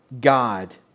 God